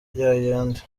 yayandi